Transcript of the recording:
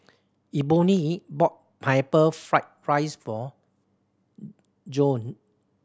Eboni bought Pineapple Fried rice for Joann